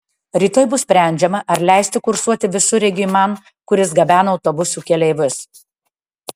rytoj bus sprendžiama ar leisti kursuoti visureigiui man kuris gabena autobusų keleivius